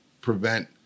prevent